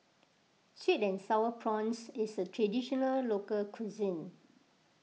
Sweet and Sour Prawns is a Traditional Local Cuisine